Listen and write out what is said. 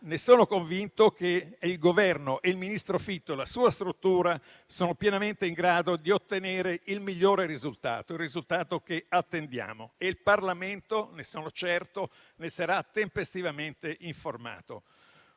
ma sono convinto che il Governo, il ministro Fitto e la sua struttura siano pienamente in grado di ottenere il migliore risultato, quello che attendiamo, e che il Parlamento ne sarà tempestivamente informato.